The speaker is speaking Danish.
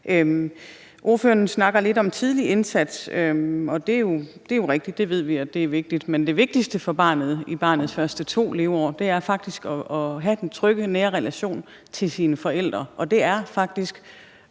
Ordføreren snakker lidt om en tidlig indsats, og det er jo rigtigt. Det ved vi er vigtigt. Men det vigtigste for barnet i barnets første to leveår er faktisk af at have den trygge nære relation til sine forældre, og det er faktisk